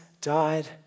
died